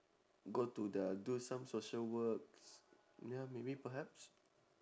go to the do some social work ya maybe perhaps